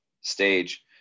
stage